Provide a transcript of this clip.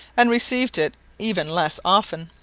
and received it even less often.